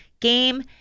game